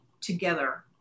together